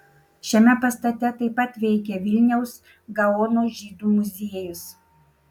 šiame pastate taip pat veikia vilniaus gaono žydų muziejus